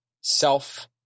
self